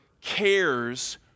cares